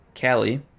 Callie